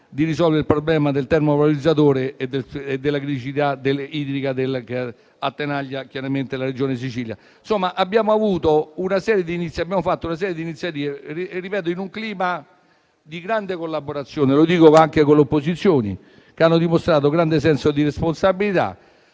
di risolvere il problema del termovalorizzatore e della criticità idrica che attanaglia la Regione Sicilia. Insomma, abbiamo adottato una serie di iniziative - lo ripeto - in un clima di grande collaborazione anche con le opposizioni (che hanno dimostrato grande senso di responsabilità),